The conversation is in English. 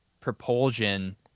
propulsion